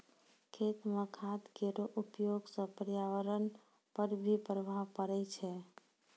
खेत म खाद केरो प्रयोग सँ पर्यावरण पर भी प्रभाव पड़ै छै